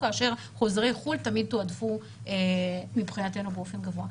כאשר חוזרי חו"ל תמיד תועדפו מבחינתנו באופן גבוה.